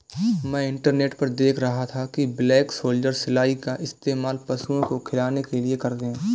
मैं इंटरनेट पर देख रहा था कि ब्लैक सोल्जर सिलाई का इस्तेमाल पशुओं को खिलाने के लिए करते हैं